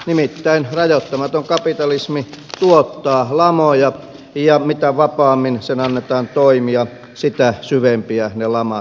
nimittäin rajoittamaton kapitalismi tuottaa lamoja ja mitä vapaammin sen annetaan toimia sitä syvempiä ne lamat ovat